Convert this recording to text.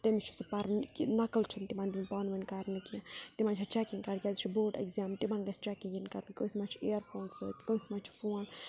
تٔمِس چھُ سُہ پَرنہِ نَقٕل چھُنہٕ تِمَن دِیُن پانہٕ ؤنۍ کَرنہٕ کینٛہہ تِمَن چھےٚ چیٚکِنٛگ کَرٕنۍ کیٛازِ یہِ چھِ بوڈ ایٚگزام تِمَن گَژھِ چیکِنٛگ یِنۍ کَرنہٕ کٲنٛسہِ ما چھُ اِیر فون سۭتۍ کٲنٛسہِ ما چھُ فون